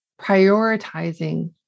prioritizing